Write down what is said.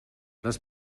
les